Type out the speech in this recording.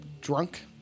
drunk